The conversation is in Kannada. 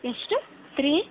ಎಷ್ಟು ತ್ರೀ